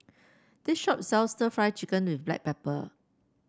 this shop sells stir Fry Chicken with Black Pepper